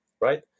right